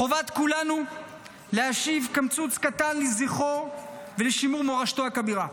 חובת כולנו להשיב קמצוץ קטן לזכרו ולשימור מורשתו הכבירה.